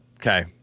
Okay